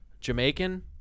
Jamaican